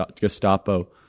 Gestapo